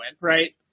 right